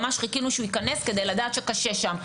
ממש חיכינו שהוא ייכנס כדי לדעת שקשה שם,